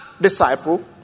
disciple